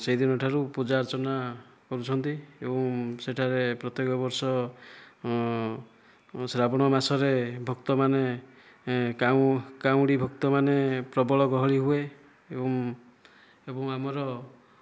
ସେହିଦିନଠାରୁ ପୂଜା ଅର୍ଚ୍ଚନା କରୁଛନ୍ତି ଏବଂ ସେଠାରେ ପ୍ରତ୍ୟେକ ବର୍ଷ ଶ୍ରାବଣ ମାସରେ ଭକ୍ତମାନେ କାଉଁ କାଉଁଡ଼ି ଭକ୍ତମାନେ ପ୍ରବଳ ଗହଳି ହୁଏ ଏବଂ ଏବଂ ଆମର